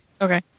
Okay